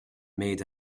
made